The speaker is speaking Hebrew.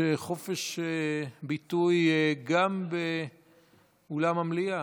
אתה יודע, יש חופש ביטוי גם באולם המליאה.